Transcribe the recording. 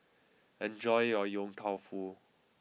enjoy your Yong Tau Foo